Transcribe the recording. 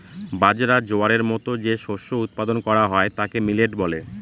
বাজরা, জোয়ারের মতো যে শস্য উৎপাদন করা হয় তাকে মিলেট বলে